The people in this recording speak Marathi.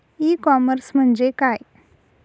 ई कॉमर्स म्हणजे काय?